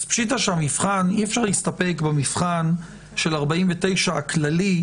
פשיטא שאי-אפשר להסתפק במבחן של 49 הכללי,